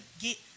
get